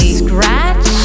scratch